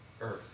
earth